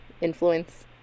influence